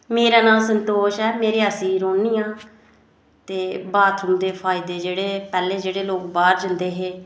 मेरा नां संतोष ऐ में रियासी च रौह्नी आं ते बाथरूम दे फायदे जेह्ड़े पैहले लोक जेह्ड़े बाहर जंदे हे